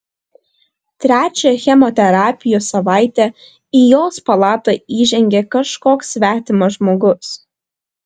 trečią chemoterapijos savaitę į jos palatą įžengė kažkoks svetimas žmogus